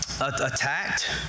Attacked